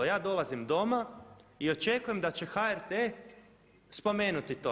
Ja dolazim doma i očekujem da će HRT spomenuti to.